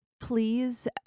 please